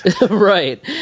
Right